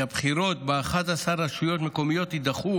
כי הבחירות ב-11 רשויות מקומיות יידחו